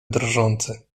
drżący